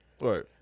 Right